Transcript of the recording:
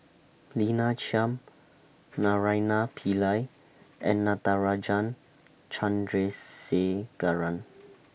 Lina Chiam Naraina Pillai and Natarajan Chandrasekaran